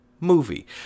movie